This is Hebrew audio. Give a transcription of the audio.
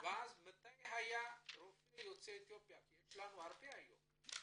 מתי היה רופא יוצא אתיופיה כי יש לנו הרבה היום בקהילה.